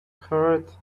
heard